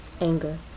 anger